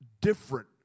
different